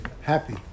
happy